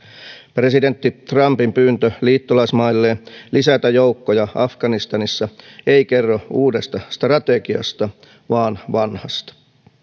presidentti trumpin pyyntö liittolaismailleen lisätä joukkoja afganistanissa ei kerro uudesta strategiasta vaan vanhasta